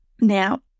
Now